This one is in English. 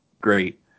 great